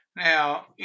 Now